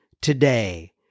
today